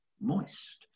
moist